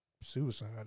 suicide